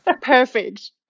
Perfect